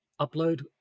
upload